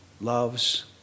loves